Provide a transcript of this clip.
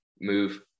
move